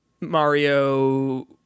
Mario